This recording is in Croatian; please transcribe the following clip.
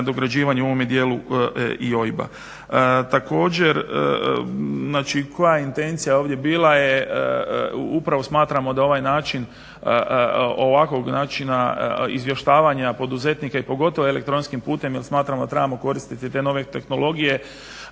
nadograđivanje u ovome dijelu i OIB-a. Također, znači koja je intencija ovdje bila? Upravo smatramo da ovaj način ovakvog načina izvještavanja poduzetnika i pogotovo elektronskim putem jer smatramo da trebamo koristiti te nove tehnologije